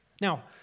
Now